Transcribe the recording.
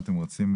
מה אתם רוצים.